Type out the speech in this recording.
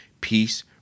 peace